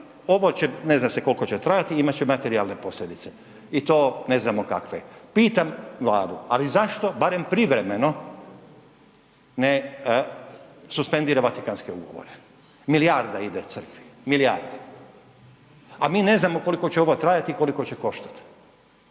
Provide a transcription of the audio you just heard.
Ovo ne zna se koliko će trajat i imat će materijalne posljedice i to ne znamo kakve. Pitam Vladu, ali zašto barem privremeno ne suspendira Vatikanske ugovore? Milijarda ide crkvi, milijarda, a mi ne znamo koliko će ovo trajati i koliko će koštat.